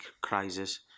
crisis